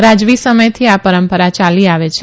રાજવી સમયથી આ પરંપરા યાલી આવે છે